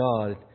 God